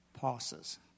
passes